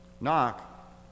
Knock